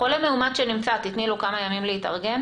חולה מאומת שנמצא, תיתני לו כמה ימים להתארגן?